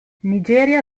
nigeria